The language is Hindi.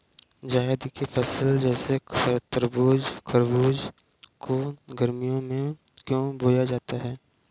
जायद की फसले जैसे तरबूज़ खरबूज को गर्मियों में क्यो बोया जाता है?